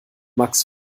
max